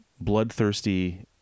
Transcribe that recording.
bloodthirsty